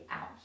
out